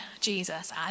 Jesus